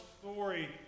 story